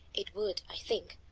it would, i think,